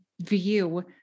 view